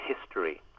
history